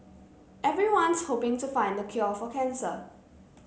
everyone's hoping to find the cure for cancer